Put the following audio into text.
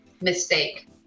Mistake